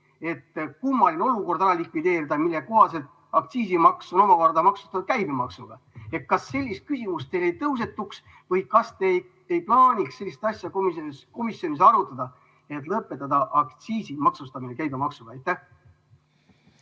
kummaline olukord, mille kohaselt aktsiisimaks on omakorda maksustatud käibemaksuga. Kas sellist küsimust teil ei tõusetuks või kas te ei plaaniks sellist asja komisjonis arutada, et lõpetada aktsiisi maksustamine käibemaksuga?